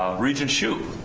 regent hsu.